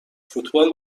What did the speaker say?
فوتبال